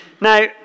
Now